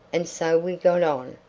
and so we got on,